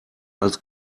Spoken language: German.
als